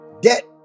debt